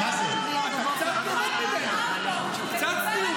בוא'נה, אתה נהיית דומה לו.